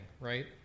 right